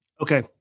Okay